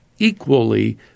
Equally